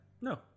No